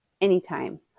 anytime